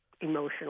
emotional